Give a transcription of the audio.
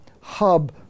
hub